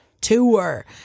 tour